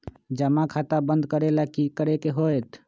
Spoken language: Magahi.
जमा खाता बंद करे ला की करे के होएत?